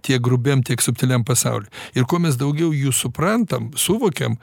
tiek grubiam tiek subtiliam pasauly ir kuo mes daugiau jų suprantam suvokiam